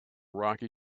rocky